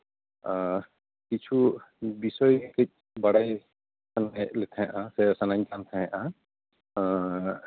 ᱠᱤᱪᱷᱩ ᱵᱤᱥᱚᱭ ᱠᱟᱺᱪ ᱵᱟᱲᱟᱭ ᱥᱟᱱᱟᱭᱮᱫ ᱞᱮ ᱛᱟᱦᱮᱸᱜᱼᱟ ᱥᱮ ᱥᱟᱱᱟᱧ ᱠᱟᱱ ᱛᱟᱦᱮᱸᱜᱼᱟ